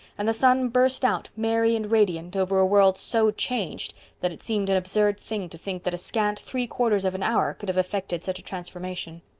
and the sun burst out merry and radiant over a world so changed that it seemed an absurd thing to think that a scant three quarters of an hour could have effected such a transformation.